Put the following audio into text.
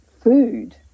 food